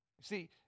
See